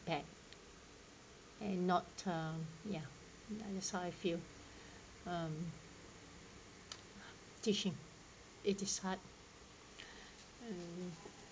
back and not uh ya that's how I feel um teaching it is hard